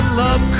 love